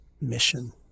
mission